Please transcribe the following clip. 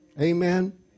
Amen